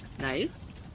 Nice